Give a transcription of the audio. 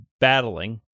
battling